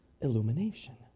illumination